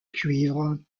cuivre